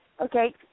Okay